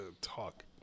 talk